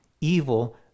Evil